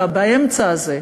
ובאמצע הזה,